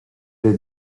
est